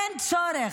אין צורך.